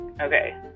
Okay